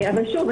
אבל שוב,